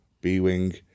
B-Wing